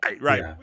Right